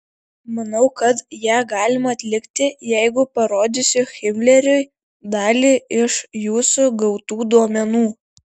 manau kad ją galima atlikti jeigu parodysiu himleriui dalį iš jūsų gautų duomenų